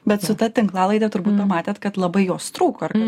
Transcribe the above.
bet su ta tinklalaide turbūt pamatėt kad labai jos trūko ar